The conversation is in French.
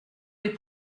des